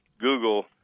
Google